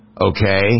okay